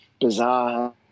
bizarre